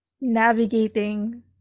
navigating